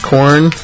Corn